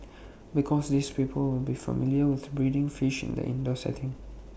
because these people will be familiar with breeding fish in the indoor setting